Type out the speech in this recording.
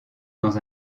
dans